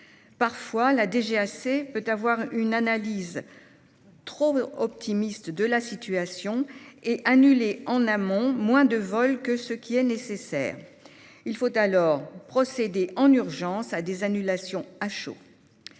parfois, que la DGAC ait une analyse trop optimiste de la situation et annule en amont moins de vols qu'il n'aurait été nécessaire. Il faut alors procéder en urgence à des annulations « à chaud